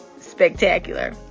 spectacular